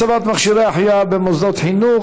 הצבת מכשירי החייאה במוסדות חינוך),